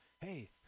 hey